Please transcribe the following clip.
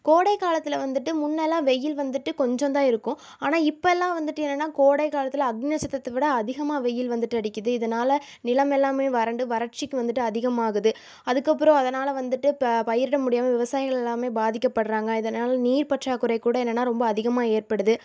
கோடை காலத்தில் வந்துவிட்டு முன்னெல்லாம் வெயில் வந்துவிட்டு கொஞ்சம் தான் இருக்கும் ஆனால் இப்போல்லாம் வந்துவிட்டு என்னன்னா கோடை காலத்தில் அக்னி நட்சத்திரத்தை விட அதிகமாக வெயில் வந்துவிட்டு அடிக்கிது இதனால் நிலம் எல்லாமே வறண்டு வறட்சிக்கு வந்துவிட்டு அதிகமாகுது அதற்கப்பறம் அதனால் வந்துவிட்டு ப பயிரிட முடியாமல் விவசாயிகள் எல்லாமே பாதிக்கப்படுறாங்க இதனால் நீர் பற்றாக்குறைக்கூட என்னன்னா ரொம்ப அதிகமாக ஏற்படுது